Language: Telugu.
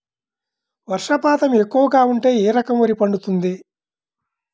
వర్షపాతం ఎక్కువగా ఉంటే ఏ రకం వరి పండుతుంది?